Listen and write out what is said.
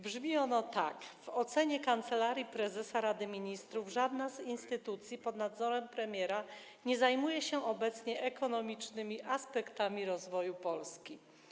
Brzmi ono tak: w ocenie Kancelarii Prezesa Rady Ministrów żadna z instytucji pod nadzorem premiera nie zajmuje się obecnie ekonomicznymi aspektami rozwoju Polski.